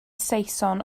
saeson